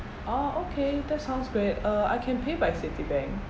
orh okay that sounds great uh I can pay by Citibank